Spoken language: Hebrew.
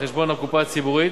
על חשבון הקופה הציבורית,